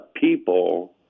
people